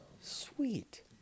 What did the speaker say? Sweet